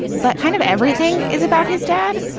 but kind of everything is about his dad.